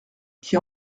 qui